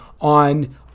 on